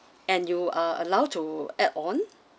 and you are allow to add on